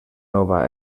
nova